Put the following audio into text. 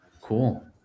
cool